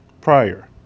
prior